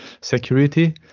security